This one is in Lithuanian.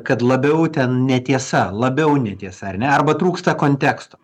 kad labiau ten netiesa labiau netiesa ar ne arba trūksta konteksto